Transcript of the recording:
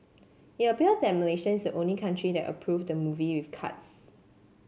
it appears that Malaysia is only country that approved the movie with cuts